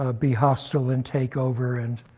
ah be hostile and take over and